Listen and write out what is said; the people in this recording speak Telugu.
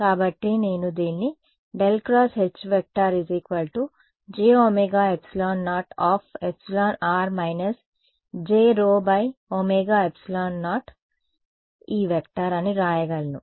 కాబట్టి నేను దీన్ని ∇× Hj ωε0εr − jσωε0E అని వ్రాయగలను